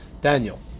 Daniel